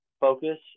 focus